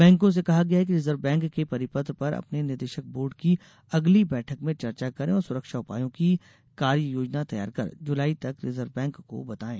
बैंकों से कहा गया है कि रिजर्व बैंक के परिपत्र पर अपने निदेशक बोर्ड की अंगली बैठक में चर्चा करें और सुरक्षा उपायों की कार्ययोजना तैयार कर जुलाई तक रिजर्व बैंक को बताएं